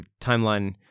timeline